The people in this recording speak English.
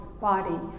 body